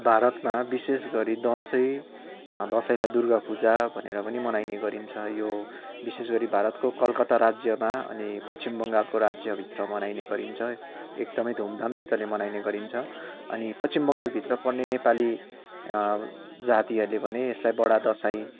भारतमा विशेषगरि दसैँ दसैँलाई दुर्गा पूजा भनेर पनि मनाइने गरिन्छ यो विशेषगरि भारतको कलकत्ता राज्यमा अनि पश्चिम बङ्गालको राज्यभित्र मनाइने गरिन्छ एकदमै धुमधामसितले मनाइने गरिन्छ अनि पश्चिम बङ्गालभित्र पर्ने नेपाली जातिहरूले भने यसलाई बडा दसैँ